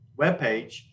webpage